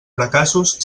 fracassos